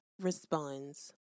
responds